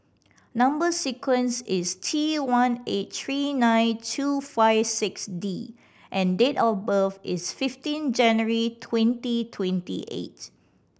number sequence is T one eight three nine two five six D and date of birth is fifteen January twenty twenty eight